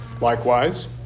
Likewise